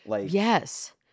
Yes